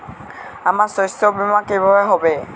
আমার শস্য বীমা কিভাবে হবে?